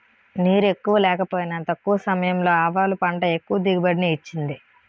నీరెక్కువ లేకపోయినా తక్కువ సమయంలో ఆవాలు పంట ఎక్కువ దిగుబడిని ఇచ్చింది